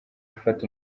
gufata